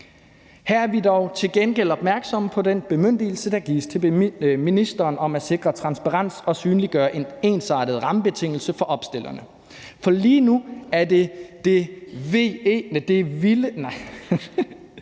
gengæld opmærksomme på den bemyndigelse, der gives til ministeren om at sikre transparens og synliggøre en ensartet rammebetingelse for opstillerne. For lige nu er det det vilde